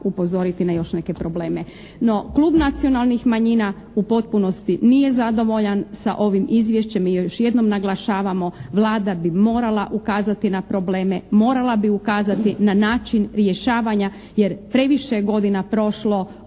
upozoriti na još neke probleme. No, Klub nacionalnih manjina u potpunosti nije zadovoljan sa ovim izvješćem i još jednom naglašavamo Vlada bi morala ukazati na probleme, morala bi ukazati na način rješavanja jer previše je godina prošlo